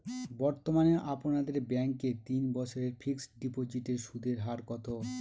বর্তমানে আপনাদের ব্যাঙ্কে তিন বছরের ফিক্সট ডিপোজিটের সুদের হার কত?